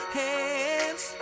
hands